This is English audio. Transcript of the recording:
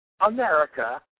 America